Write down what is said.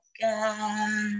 God